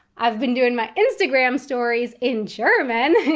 i've been doing my instagram stories in german.